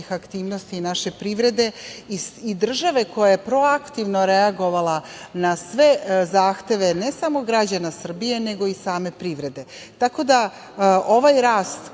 aktivnosti i naše privrede i države koja je proaktivno reagovala na sve zahteve, ne samo građana Srbije, nego i same privrede. Tako da, ovaj rast